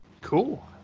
cool